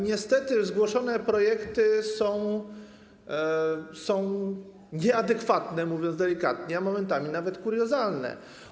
Niestety zgłoszone projekty są nieadekwatne, mówiąc delikatnie, a momentami nawet kuriozalne.